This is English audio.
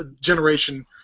generation